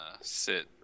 sit